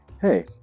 Hey